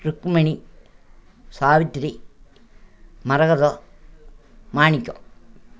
Rukmani Savitri Maragatham Manickam